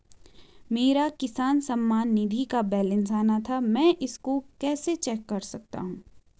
मेरा किसान सम्मान निधि का बैलेंस आना था मैं इसको कैसे चेक कर सकता हूँ?